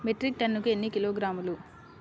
Metric టన్నుకు ఎన్ని కిలోగ్రాములు?